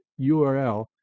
URL